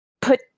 Put